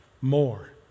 more